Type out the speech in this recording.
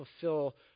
fulfill